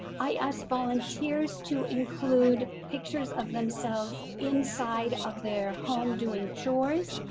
i asked volunteers to include pictures of themselves inside of their home doing chores.